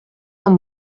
amb